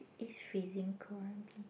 is freezing cold